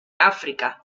áfrica